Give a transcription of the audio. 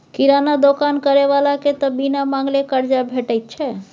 किराना दोकान करय बलाकेँ त बिन मांगले करजा भेटैत छै